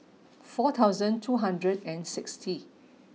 four thousand two hundred and sixty